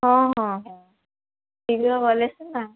ହଁ ହଁ ଶୀଘ୍ର ଗଲେ ସିନା